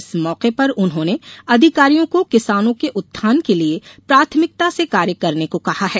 इस मौके पर उन्होंने अधिकारियों को किसानों के उत्थान के लिए प्राथमिकता से कार्य करने को कहा है